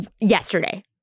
yesterday